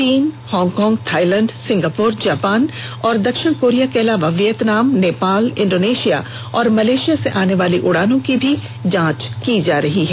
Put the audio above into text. चीन Hong Kong Thailand Singapore Japan और दक्षिण कोरिया के अलावा वियतनाम नेपाल इंडोनेशिया और मलेशिया से आने वाली उड़ानों की भी जांच की जा रही है